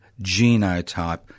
genotype